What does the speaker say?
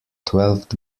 twelfth